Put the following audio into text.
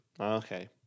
Okay